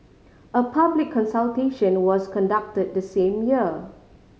a public consultation was conducted the same year